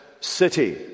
city